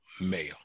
male